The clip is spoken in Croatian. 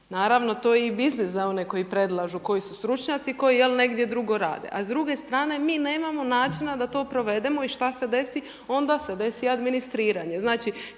Naravno to je i biznis za one koji predlažu, koji su stručnjaci, koji jel negdje drugdje rade. A s druge strane mi nemamo načina da to provedemo i šta se desi, onda se desi administriranje.